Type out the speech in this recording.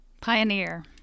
Pioneer